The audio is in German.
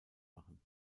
machen